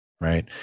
right